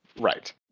Right